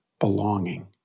Belonging